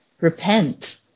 repent